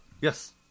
Yes